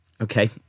okay